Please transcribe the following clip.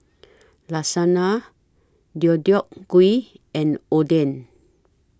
Lasagna Deodeok Gui and Oden